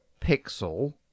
pixel